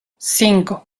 cinco